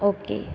okay